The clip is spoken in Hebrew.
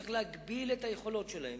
צריך להגביל את היכולות שלהם,